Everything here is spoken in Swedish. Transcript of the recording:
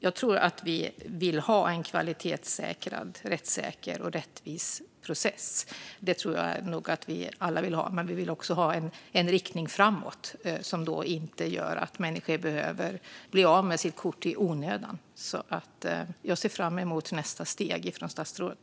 Jag tror att vi alla vill ha en kvalitetssäkrad, rättssäker och rättvis process. Men vi vill också ha en riktning framåt som inte gör att människor måste bli av med sitt kort i onödan. Jag ser fram emot nästa steg från statsrådet.